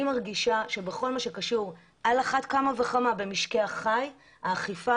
אני מרגישה שעל אחת כמה וכמה במשקי החי האכיפה